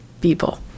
people